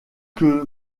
que